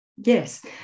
yes